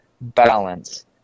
balance